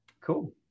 Cool